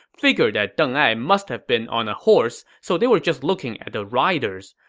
figured that deng ai must have been on a horse, so they were just looking at the riders.